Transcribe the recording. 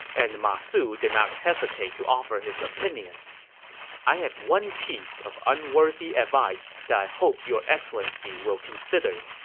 and ma su did not hesitate hesitate to offer his opinion i have one piece of unworthy advice that i hope your excellency will consider.